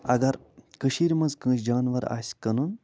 اگر کٔشیٖرِ منٛز کٲنٛسہِ جانوَر آسہِ کٕنُن